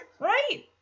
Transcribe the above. right